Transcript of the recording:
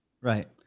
Right